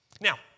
Now